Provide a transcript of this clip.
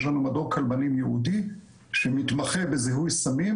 יש לנו מדור כלבנים ייעודי שמתמחה בזיהוי סמים,